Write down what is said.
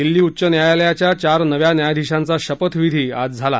दिल्ली उच्च न्यायालयाच्या चार नव्या न्यायाधीशांचा शपथविधी आज झाला